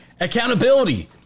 Accountability